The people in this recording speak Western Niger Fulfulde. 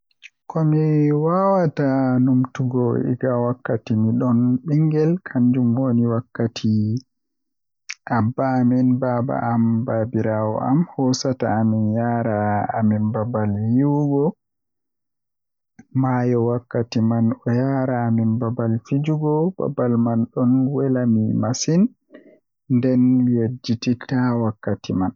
Komi wawata numtugo egaa wakkati midon bingel kanjum woni wakkati abba amin baaba am babirawo am hosata amin yaara amin babal yiwugo maayo wakkti man o yaara amin babal fijugo, babal man don wela mi masin nden mi yejjitittaa wakkati man.